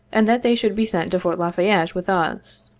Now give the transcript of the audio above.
and that they should be sent to fort la fayette with us.